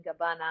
Gabbana